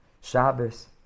Shabbos